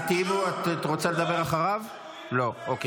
לא אמחק.